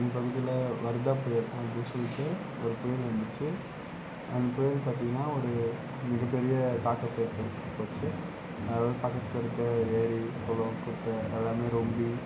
எங்கள் பகுதியில் வர்தாப் புயல் அப்படினு சொல்லிட்டு ஒரு புயல் வந்துச்சு அந்தப் புயல் பார்த்தீங்னா ஒரு மிகப்பெரிய தாக்கத்தை ஏற்படுத்திட்டு போச்சு அதாவது பக்கத்தில் இருக்க ஏரி குளோம் குட்டை எல்லாமே ரொம்பி